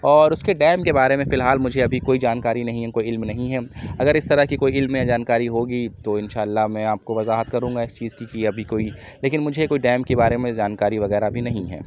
اور اُس کے ڈیم کے بارے میں فی الحال مجھے ابھی کوئی جانکاری نہیں ہے کوئی علم نہیں ہے اگر اِس طرح کی کوئی علم یا جانکاری ہوگی تو اِنشاء اللہ میں آپ کو وضاحت کروں گا اِس چیز کی کہ ابھی کوئی لیکن مجھے کوئی ڈیم کے بارے میں جانکاری وغیرہ ابھی نہیں ہے